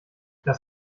das